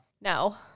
No